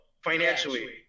financially